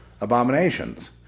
abominations